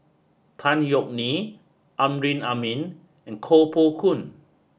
Tan Yeok Nee Amrin Amin and Koh Poh Koon